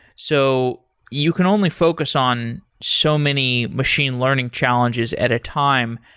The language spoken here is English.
so you can only focus on so many machine learning challenges at a time.